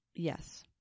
Yes